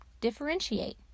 differentiate